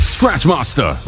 Scratchmaster